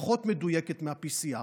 פחות מדויקת מה-PCR.